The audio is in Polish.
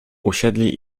usiedli